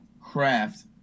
craft